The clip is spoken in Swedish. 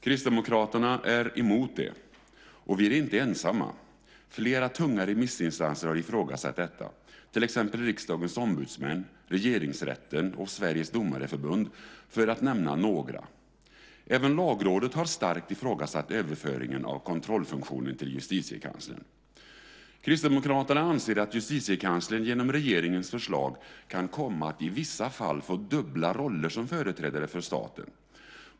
Kristdemokraterna är emot det, och vi är inte ensamma. Flera tunga remissinstanser har ifrågasatt detta, till exempel Riksdagens ombudsmän, Regeringsrätten och Sveriges Domareförbund - för att nämna några. Även Lagrådet har starkt ifrågasatt överföringen av kontrollfunktionen till Justitiekanslern. Kristdemokraterna anser att Justitiekanslern genom regeringens förslag kan komma att i vissa fall få dubbla roller som företrädare för staten.